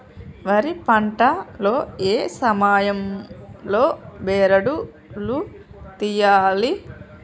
వరి పంట లో ఏ సమయం లో బెరడు లు తియ్యాలి?